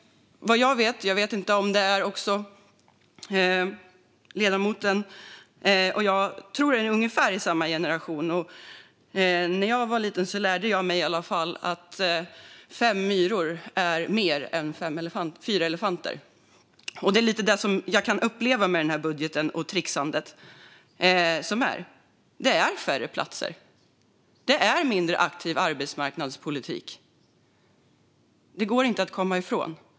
Jag vet inte, men jag tror att ledamoten och jag hör till ungefär samma generation, och när jag var liten lärde jag mig i alla fall att fem myror är fler än fyra elefanter. Det är ungefär det jag upplever i och med den här budgeten och allt tricksande. Det handlar om färre platser och en mindre aktiv arbetsmarknadspolitik. Det går inte att komma ifrån.